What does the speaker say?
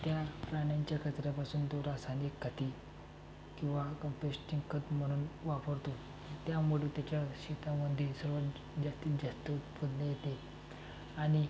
त्या प्राण्यांच्या कचऱ्यापासून तो रासायनिक खते किवा कंपोस्टिंग खत म्हणून वापरतो त्यामुळे त्याच्या शेतामध्ये सर्वात जास्तीत जास्त उत्पन्न येते आणि